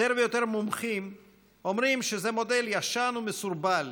יותר ויותר מומחים אומרים שזה מודל ישן ומסורבל,